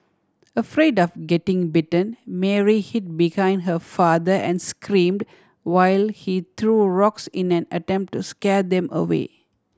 afraid of getting bitten Mary hid behind her father and screamed while he threw rocks in an attempt to scare them away